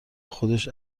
خودش